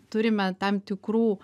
turime tam tikrų